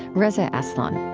reza aslan